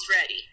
ready